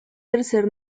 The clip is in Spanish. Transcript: tercer